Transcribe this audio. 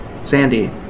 Sandy